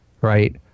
right